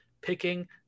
picking